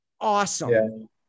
Awesome